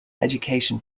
education